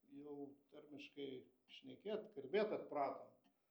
jau tarmiškai šnekėt kalbėt atpratom